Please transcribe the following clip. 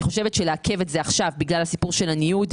לעכב את זה עכשיו בגלל סיפור הניוד,